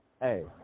hey